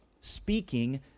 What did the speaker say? speaking